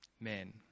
men